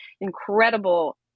incredible